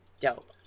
Dope